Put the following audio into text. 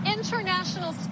International